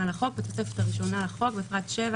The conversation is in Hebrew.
לחוק 1. בתוספת הראשונה לחוק בפרט 7,